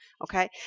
Okay